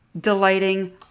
delighting